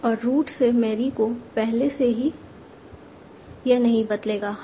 और रूट से मैरी को पहले से ही है यह नहीं बदलेगा हाँ